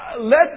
let